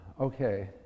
Okay